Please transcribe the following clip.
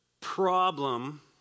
problem